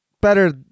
Better